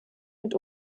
mit